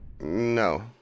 No